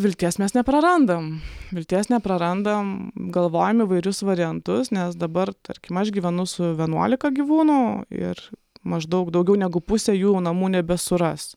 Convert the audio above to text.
vilties mes neprarandam vilties neprarandam galvojam įvairius variantus nes dabar tarkim aš gyvenu su vienuolika gyvūnų ir maždaug daugiau negu pusė jų namų nebesuras